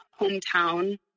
hometown